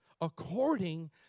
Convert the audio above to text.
according